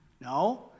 No